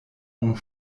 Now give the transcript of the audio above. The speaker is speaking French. ont